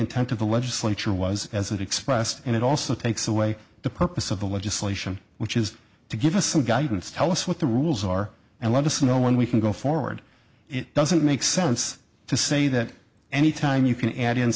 intent of the legislature was as it expressed and it also takes away the purpose of the legislation which is to give us some guidance tell us what the rules are and let us know when we can go forward it doesn't make sense to say that any time you can add in